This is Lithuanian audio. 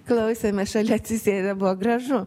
klausėmės šalia atsisėdę buvo gražu